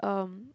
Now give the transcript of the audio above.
um